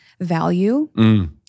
value